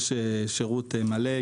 יש שירות מלא,